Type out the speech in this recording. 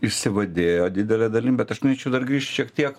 išsivadėjo didele dalim bet aš norėčiau dar grįšt šiek tiek